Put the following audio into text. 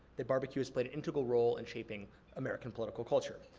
that barbecue has played an integral role in shaping american political culture.